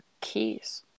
keys